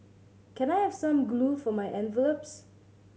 can I have some glue for my envelopes